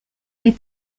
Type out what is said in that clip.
des